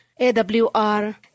AWR